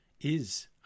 Is